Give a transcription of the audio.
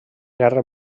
guerra